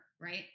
right